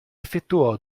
effettuò